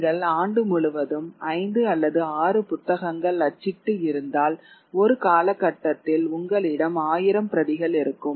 நீங்கள் ஆண்டு முழுவதும் 5 அல்லது 6 புத்தகங்கள் அச்சிட்டு இருந்தால் ஒரு காலகட்டத்தில் உங்களிடம் 1000 பிரதிகள் இருக்கும்